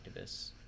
activists